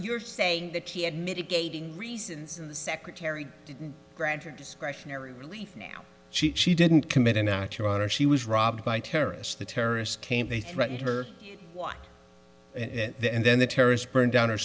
you're saying that he had mitigating reasons and the secretary didn't grantor discretionary relief now she she didn't commit an act your honor she was robbed by terrorists the terrorists came they threatened her what and then the terrorist burned down or